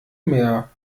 mehr